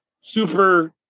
super